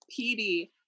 PD